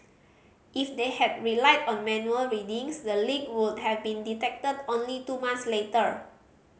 if they had relied on manual readings the leak would have been detected only two months later